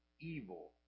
evil